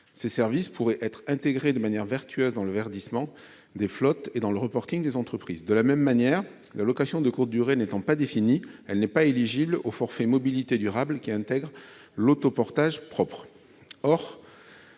Ces services pourraient être intégrés de manière vertueuse dans le verdissement des flottes et dans le des entreprises. De la même manière, la location de courte durée n'étant pas définie, elle n'est pas éligible au forfait mobilités durables qui intègre l'autopartage propre.